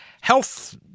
health